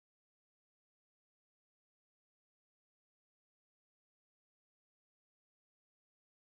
now in front of this uh negro boy ah there's this uh what you call that ah straw ah you know the horse always like to eat [one]